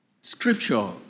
Scripture